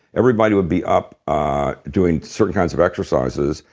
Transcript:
everybody would be up ah doing certain kinds of exercises,